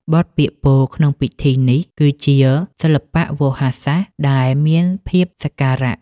បទពាក្យពោលក្នុងពិធីនេះ គឺជាសិល្បៈវោហារសាស្ត្រដែលមានភាពសក្ការៈ។